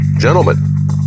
gentlemen